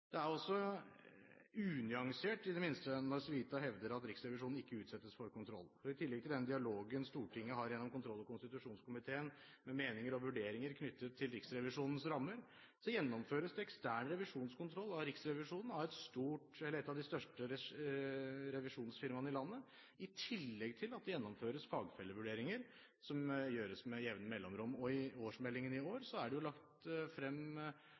Det er også unyansert – i det minste – når Civita hevder at Riksrevisjonen ikke utsettes for kontroll, for i tillegg til den dialogen Stortinget har gjennom kontroll- og konstitusjonskomiteen, med meninger og vurderinger knyttet til Riksrevisjonens rammer, gjennomføres det ekstern revisjonskontroll av Riksrevisjonen av et av de største revisjonsfirmaene i landet, i tillegg til at det gjennomføres fagfellevurderinger som gjøres med jevne mellomrom. Og i årsmeldingen i år er det lagt frem